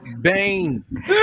Bane